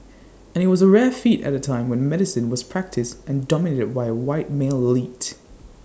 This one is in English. and IT was A rare feat at A time when medicine was practised and dominated by A white male elite